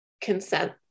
consent